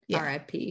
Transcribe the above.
RIP